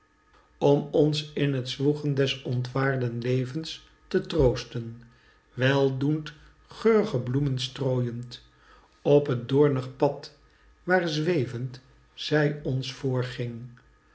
om ons in t zwoegen des onwaarden levens te troosten weldoend geurge bloemen strooyend op t doomig pad waar z we vend zij ons